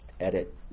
edit